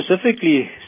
specifically